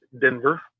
Denver